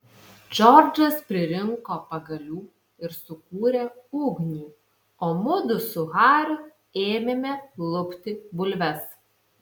džordžas pririnko pagalių ir sukūrė ugnį o mudu su hariu ėmėme lupti bulves